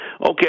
Okay